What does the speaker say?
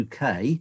UK